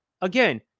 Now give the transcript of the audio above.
again